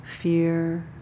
fear